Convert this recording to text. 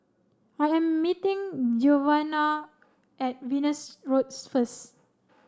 I am meeting Giovanna at Venus Road first